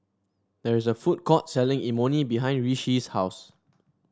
there is a food court selling Imoni behind Rishi's house